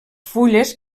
fulles